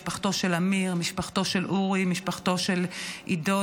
משפחתו של אמיר, משפחתו של אורי, משפחתו של עידו.